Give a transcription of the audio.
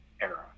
era